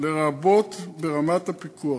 לרבות ברמת הפיקוח,